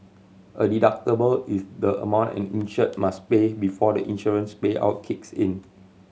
a deductible is the amount an insured must pay before the insurance payout kicks in